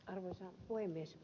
arvoisa puhemies